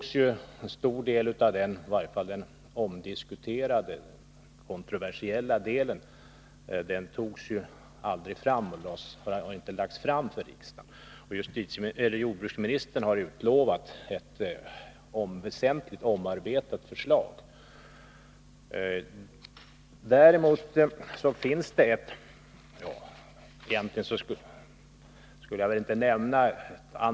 Nu har en stor del av detta förslag — i varje fall gäller det för den omdiskuterade, kontroversiella delen — inte lagts fram för riksdagen. Jordbruksministern har utlovat ett väsentligt omarbetat förslag. Däremot finns det ett annat fall från den tidigare borgerliga regeringens tid.